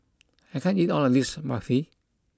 I can't eat all of this Barfi